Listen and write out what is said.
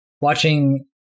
watching